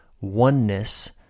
oneness